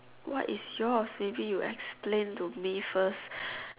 what is yours maybe you explain to me first